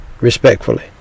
respectfully